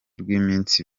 rw’iminsi